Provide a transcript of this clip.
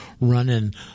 running